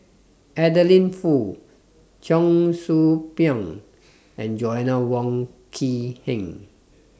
Adeline Foo Cheong Soo Pieng and Joanna Wong Quee Heng